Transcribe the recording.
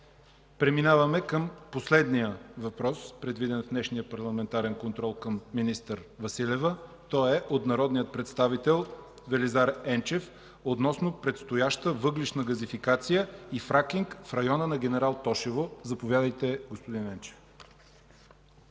Преминаваме към последния въпрос, предвиден в днешния парламентарен контрол към министър Василева. Той е от народния представител Велизар Енчев относно предстояща въглищна газификация и фракинг в района на Генерал Тошево. Заповядайте, господин Енчев.